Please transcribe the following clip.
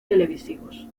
televisivos